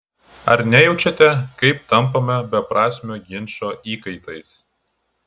ar nejaučiate kaip tampame beprasmio ginčo įkaitais